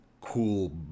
cool